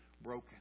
broken